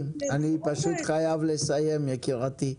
תודה על הדברים, יקירתי.